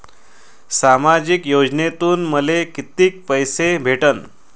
सामाजिक योजनेतून मले कितीक पैसे भेटन?